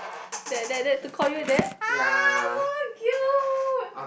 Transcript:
that that that to call you that !ah! so cute